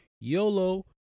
YOLO